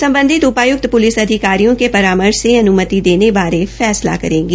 सम्बधित उपायुक्त प्लिस अधिकारियों के परामर्श से अनुमति देने बारे फैसला करेंगे